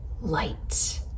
light